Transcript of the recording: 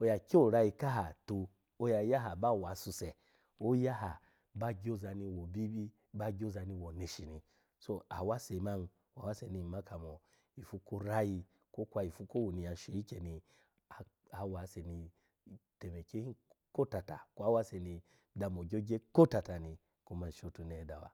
oya kyo orayi kaha tu, oya yaha ba wause oya aha ba gyo ozani wo obibi ba gyo ozani wo oneshi ni, so awase man wa awase ni, nma kamo ifu ko orayi kwokwa ifu kowu ni nyya shu ikyeni awase ni temekye hin kotata kwa awase ni damo ogyogye kotata ni kuma nshotunehe dawa.